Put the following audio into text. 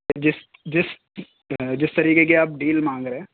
کہ جس جس جس طریقے کی آپ ڈیل مانگ رہے ہیں